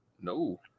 No